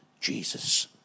Jesus